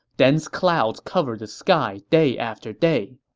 dense clouds covered the sky day after day.